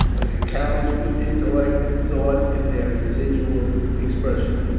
like a cow's, with intellect and thought in their residual expression.